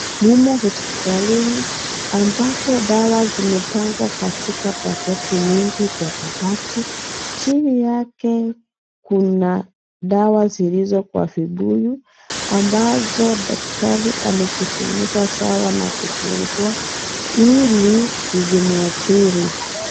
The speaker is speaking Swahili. Mumo hospitalini ambapo dawa zimepangwa katika paketi mingi kwa kabati. Chini yake kuna dawa zilizo kwa vibuyu ambazo daktari amejifunika sawa na kufungua ili zisimuathiri.